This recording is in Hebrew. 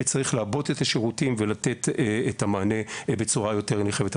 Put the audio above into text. שצריך לעבות את השירותים ולתת את המענה בצורה יותר נרחבת.